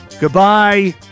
Goodbye